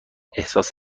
احساس